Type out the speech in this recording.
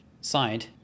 side